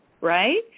right